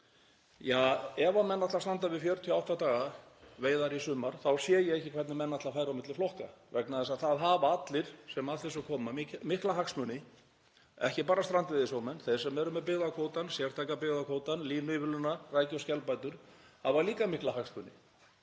Ja, ef menn ætla að standa við 48 daga veiðar í sumar þá sé ég ekki hvernig menn ætla að færa á milli flokka vegna þess að það hafa allir sem að þessu koma mikla hagsmuni, ekki bara strandveiðisjómenn; þeir sem eru með byggðakvótann, sértæka byggðakvótann, línuívilnun, rækju- og skelbætur hafa líka mikla hagsmuni